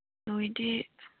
ꯅꯣꯏꯗꯤ